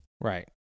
right